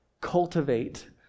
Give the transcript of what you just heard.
cultivate